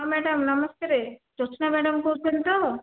ହଁ ମ୍ୟାଡ଼ମ ନମସ୍କାର ଜ୍ୟୋସ୍ନା ମ୍ୟାଡ଼ମ କହୁଛନ୍ତି ତ